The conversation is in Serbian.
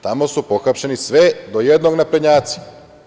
Tamo su pohapšeni sve do jednog naprednjaci.